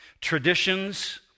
Traditions